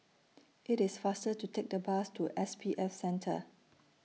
IT IS faster to Take The Bus to S P F Center